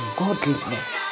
godliness